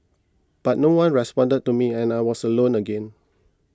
but no one responded to me and I was alone again